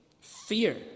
Fear